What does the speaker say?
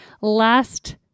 Last